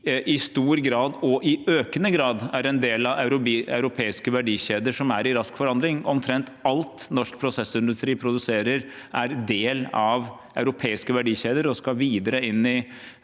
i stor og økende grad er en del av europeiske verdikjeder som er i rask forandring – omtrent alt norsk prosessindustri produserer, er del av europeiske verdikjeder og skal videre inn i